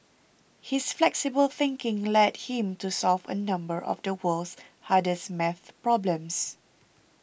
his flexible thinking led him to solve a number of the world's hardest maths problems